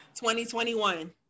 2021